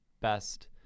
best